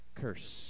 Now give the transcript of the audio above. curse